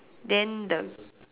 then the